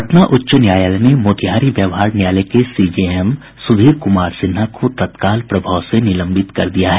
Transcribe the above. पटना उच्च न्यायालय ने मोतिहारी व्यवहार न्यायालय के सीजेएम सुधीर कुमार सिन्हा को तत्काल प्रभाव से निलंबित कर दिया है